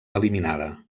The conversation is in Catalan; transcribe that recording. eliminada